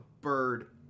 bird